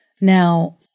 Now